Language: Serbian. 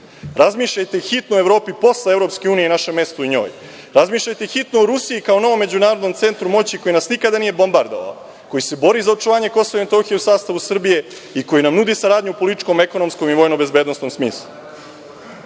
Brisela. Razmišljajte hitno o Evropi posle EU i naše mesto u njoj. Razmišljajte hitno o Rusiji kao novom međunarodnom centru moći koji nas nije nikada bombardovao, koji se bori za očuvanje Kosova i Metohije u sastavu Srbije i koji nam nudi saradnju u političkom, ekonomskom i vojno-bezbednosnom smislu. Ono